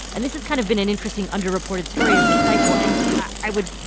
and this has kind of been an interesting underreported story of this cycle and i would,